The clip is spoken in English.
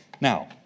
Now